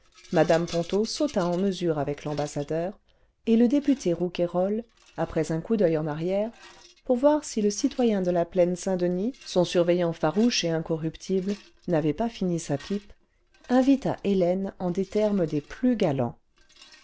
mmc ponto sauta en mesure avec l'ambassadeur et le député rouquayrol après un coup d'oeil en arrière pour voir si le citoyen de la plaine saint-denis son surveillant farouche et incorruptible n'avait pas fini sa pipe invita hélène en termes des plus galants